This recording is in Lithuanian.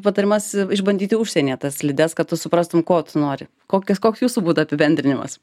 patarimas išbandyti užsienyje tas slides kad tu suprastum ko tu nori kokias koks jūsų būtų apibendrinimas